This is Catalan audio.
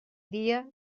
dia